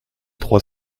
trois